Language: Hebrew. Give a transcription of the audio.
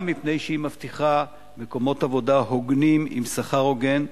גם מפני שהיא מבטיחה מקומות עבודה הוגנים עם שכר הוגן,